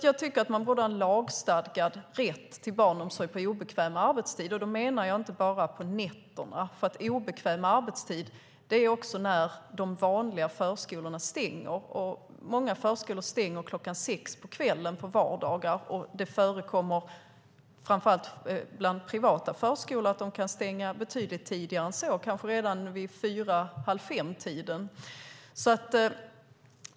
Jag tycker att man borde ha en lagstadgad rätt till barnomsorg på obekväm arbetstid. Då menar jag inte bara på nätterna, för obekväm arbetstid är också när de vanliga förskolorna stänger. Många förskolor stänger klockan sex på kvällen på vardagar. Det förekommer, framför allt bland privata förskolor, att de kan stänga betydligt tidigare än så, kanske redan vid fyra halvfemtiden.